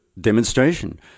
demonstration